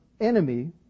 enemy